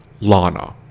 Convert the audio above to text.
Lana